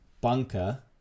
bunker